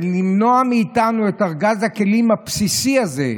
ולמנוע מאיתנו את ארגז הכלים הבסיסי הזה,